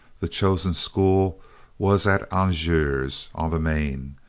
the chosen school was at angers on the maine,